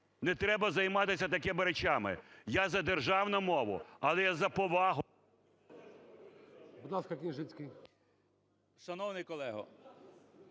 не треба займатися такими речами. Я – за державну мову, але я за повагу...